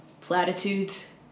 Platitudes